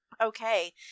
okay